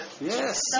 Yes